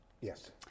Yes